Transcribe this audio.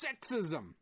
sexism